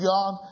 God